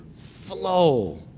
flow